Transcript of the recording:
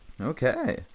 okay